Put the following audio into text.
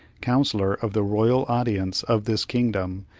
councilor of the royal audience of this kingdom,